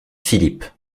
philippe